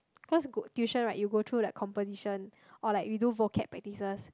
cause go tuition right like you go through like composition or like you do like vocab practices